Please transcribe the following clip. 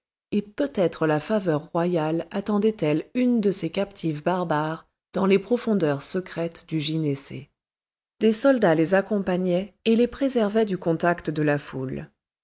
et peut-être la faveur royale attendait elle une de ces captives barbares dans les profondeurs secrètes du gynécée des soldats les accompagnaient et les préservaient du contact de la foule